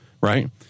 Right